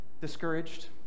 Discouraged